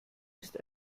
ist